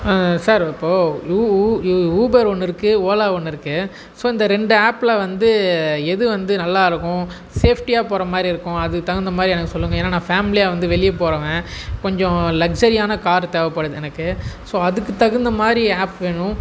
sir இப்போது Uber ஒன்று இருக்குது ஓலா ஒன்று இருக்குது ஸோ இந்த ரெண்டு ஆப்பில் வந்து எது வந்து நல்லாயிருக்கும் சேஃப்டியாக போகிற மாதிரி இருக்கும் அதுக்கு தகுந்த மாதிரி எனக்கு சொல்லுங்கள் ஏன்னா நான் ஃபேம்லியாக வந்து வெளியே போகிறவன் கொஞ்சம் லக்ஸுரியான காரு தேவைப்படுது எனக்கு ஸோ அதுக்கு தகுந்த மாதிரி ஆப் வேணும்